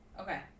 Okay